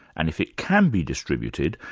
and if it can be distributed,